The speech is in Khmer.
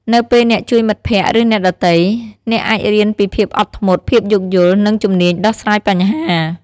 នៅពេលអ្នកជួយមិត្តភក្ដិ ឬអ្នកដទៃ អ្នកអាចរៀនពីភាពអត់ធ្មត់ ភាពយោគយល់ និងជំនាញដោះស្រាយបញ្ហា។